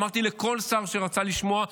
אמרתי לכל שר שרצה לשמוע,